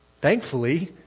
Thankfully